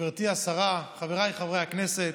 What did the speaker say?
גברתי השרה, חבריי חברי הכנסת,